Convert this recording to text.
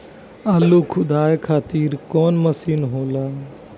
आलू खुदाई खातिर कवन मशीन होला?